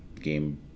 game